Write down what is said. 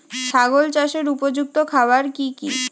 ছাগল চাষের উপযুক্ত খাবার কি কি?